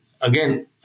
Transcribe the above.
again